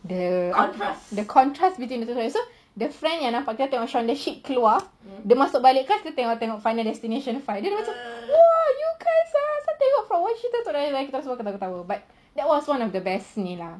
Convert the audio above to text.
the the contrast between the two movies so the friend yang shaun the sheep keluar dia masuk balik kan kita tengok final destination five dia macam !wow! you guys ah asal tengok one cerita to the other tapi kita tengok pun ketawa-ketawa but that was one of the best ni lah